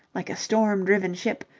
like a storm-driven ship,